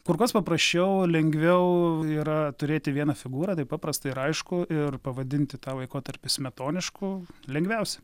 kur kas paprasčiau lengviau yra turėti vieną figūrą tai paprasta ir aišku ir pavadinti tą laikotarpį smetonišku lengviausia